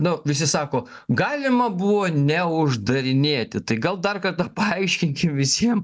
nu visi sako galima buvo neuždarinėti tai gal dar kartą paaiškinkim visiem